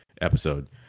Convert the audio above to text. episode